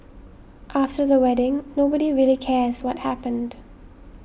after the wedding nobody really cares what happened